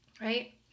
right